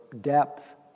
depth